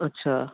ਅੱਛਾ